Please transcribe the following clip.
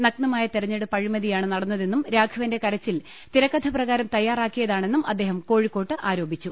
നഗ്നമായ തെരഞ്ഞെടുപ്പ് അഴിമതിയാണ് നടന്നതെന്നും രാഘവന്റെ കരച്ചിൽ തിരക്കഥ പ്രകാരം തയ്യാറാക്കിയതാണെന്നും അദ്ദേഹം കോഴിക്കോട്ട് ആരോപിച്ചു